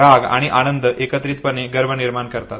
राग आणि आनंद एकत्रितपणे गर्व निर्माण करतात